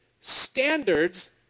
standards